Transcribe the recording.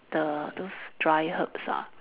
the those dry herbs ah